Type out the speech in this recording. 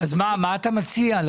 מה אתה מציע?